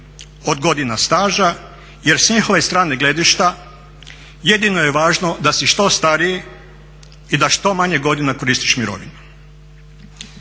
od godina staža jer s njihove strane gledišta jedino je važno da si što stariji i da što manje godina koristiš mirovinu.